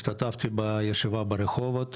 השתתפתי בישיבה ברחובות